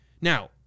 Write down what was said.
Now